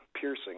piercing